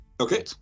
Okay